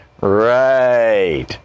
Right